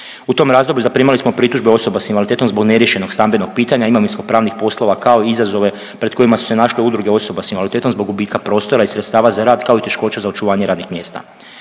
U tom razdoblju zaprimali smo pritužbe osoba s invaliditetom zbog neriješenog stambenog pitanja, imovinsko-pravnih poslova kao i izazove pred kojima su se naše udruge osoba s invaliditetom zbog gubitka prostora i sredstava za rad kao i teškoće za očuvanje radnih mjesta.